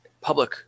public